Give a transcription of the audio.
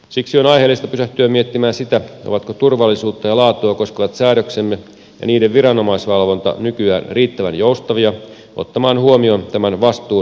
siksi on aiheellista pysähtyä miettimään sitä ovatko turvallisuutta ja laatua koskevat säädöksemme ja niiden viranomaisvalvonta nykyään riittävän joustavia ottamaan huomioon tämän vastuun siirtymisen toimijoille